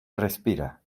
respira